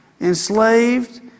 Enslaved